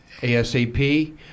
ASAP